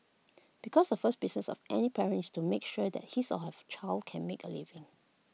because the first business of any parents to make sure that his or her child can make A living